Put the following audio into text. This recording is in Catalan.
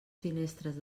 finestres